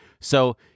So-